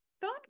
phone